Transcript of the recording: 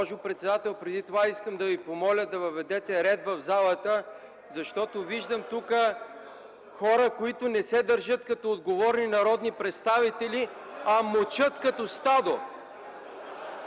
Госпожо председател, преди това искам да Ви помоля да въведе ред в залата, защото виждам тук хора, които не се държат като отговорни народни представители, а мучат като стадо.